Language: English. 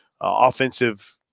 offensive